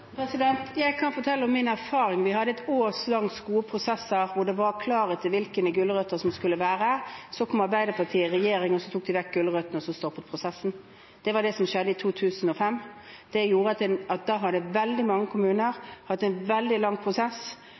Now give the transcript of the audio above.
Jeg kan fortelle om min erfaring. Vi hadde årelangt gode prosesser, og det var klarhet i hvilke gulrøtter som skulle være. Så kom Arbeiderpartiet i regjering og tok vekk gulrøttene, og så stoppet prosessen. Det var det som skjedde i 2005. Da hadde veldig mange kommuner hatt en veldig lang prosess,